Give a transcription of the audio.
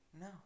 No